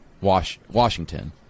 Washington